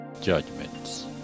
judgments